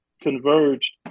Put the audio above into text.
converged